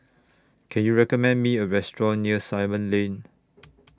Can YOU recommend Me A Restaurant near Simon Lane